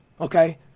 Okay